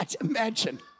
imagine